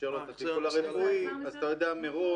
מאשר לו את הטיפול הרפואי, אתה יודע מראש